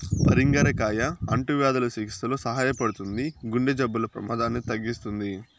పరింగర కాయ అంటువ్యాధుల చికిత్సలో సహాయపడుతుంది, గుండె జబ్బుల ప్రమాదాన్ని తగ్గిస్తుంది